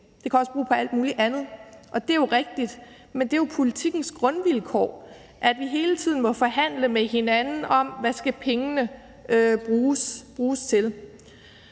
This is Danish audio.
Det kan også bruges på alt muligt andet, og det er jo rigtigt, men det er jo politikkens grundvilkår, at vi hele tiden må forhandle med hinanden om, hvad pengene skal bruges til.